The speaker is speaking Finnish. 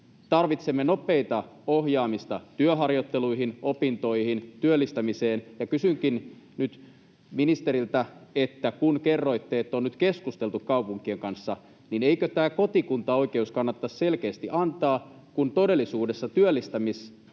tarvitsemme nopeata ohjaamista työharjoitteluihin, opintoihin, työllistämiseen. Kysynkin nyt ministeriltä: kun kerroitte, että on nyt keskusteltu kaupunkien kanssa, niin eikö tämä kotikuntaoikeus kannattaisi selkeästi antaa, kun todellisuudessa työllistämisammattilaiset